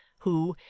who,